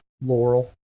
Laurel